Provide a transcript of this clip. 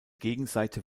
gegenseite